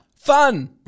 Fun